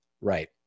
Right